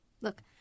Look